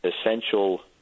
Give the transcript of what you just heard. essential